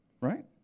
Right